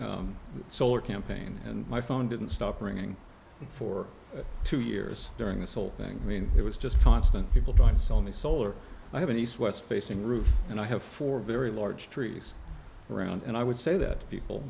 solar campaign and my phone didn't stop ringing for two years during this whole thing i mean it was just constant people trying to sell me solar i have an east west facing roof and i have four very large trees around and i would say that people